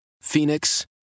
Phoenix